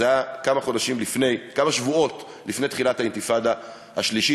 זה היה כמה שבועות לפני תחילת האינתיפאדה השלישית.